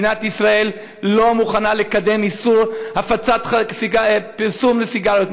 מדינת ישראל לא מוכנה לקדם איסור פרסום סיגריות.